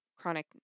chronic